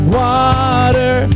water